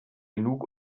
genug